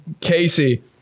Casey